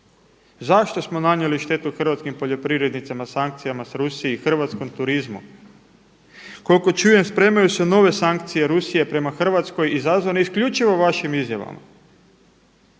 Zašto smo nanijeli štetu hrvatskim poljoprivrednicima sankcijama Rusiji, hrvatskom turizmu. Koliko čujem spremaju se nove sankcije prema Hrvatskoj izazvane isključivo vašim izjavama.